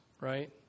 right